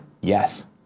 Yes